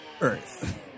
earth